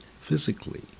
physically